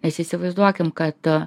nes įsivaizduokim kad